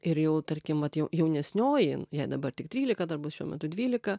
ir jau tarkim vat jau jaunesnioji jai dabar tik trylika dar bus šiuo metu dvylika